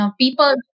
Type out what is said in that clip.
people